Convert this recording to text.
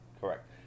Correct